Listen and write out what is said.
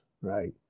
right